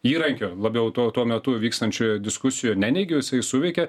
įrankio labiau tuo tuo metu vykstančioj diskusijoj neneigiu jisai suveikė